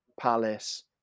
Palace